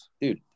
Dude